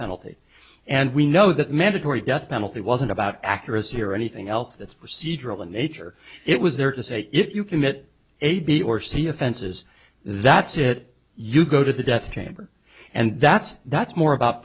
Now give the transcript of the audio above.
penalty and we know that mandatory death penalty wasn't about accuracy or anything else that's procedural in nature it was there to say if you commit a b or c offenses that's it you go to the death chamber and that's that's more about